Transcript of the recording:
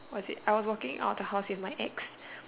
what was it I was walking out of the house with my ex